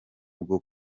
bwo